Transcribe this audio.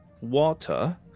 water